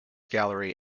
gallery